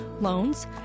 loans